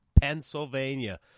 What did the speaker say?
Pennsylvania